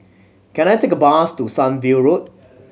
can I take a bus to Sunview Road